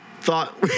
thought